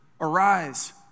arise